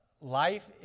Life